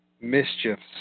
mischiefs